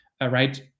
right